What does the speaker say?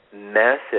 massive